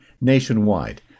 nationwide